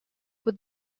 with